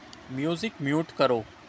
music mute کرو